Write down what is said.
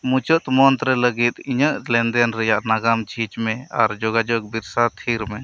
ᱢᱩᱪᱟᱹᱫ ᱢᱚᱸᱛᱷᱨᱮ ᱞᱟᱜᱤᱫ ᱤᱧᱟᱹᱜ ᱞᱮᱱᱫᱮᱱ ᱨᱮᱭᱟᱜ ᱱᱟᱜᱟᱢ ᱡᱷᱤᱡᱽ ᱢᱮ ᱟᱨ ᱡᱳᱜᱟᱡᱳᱜᱽ ᱵᱤᱨᱥᱟ ᱛᱷᱤᱨ ᱢᱮ